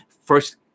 first